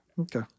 Okay